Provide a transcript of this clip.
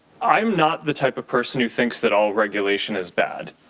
i'm not the type of person who thinks that all regulation is bad.